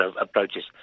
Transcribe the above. approaches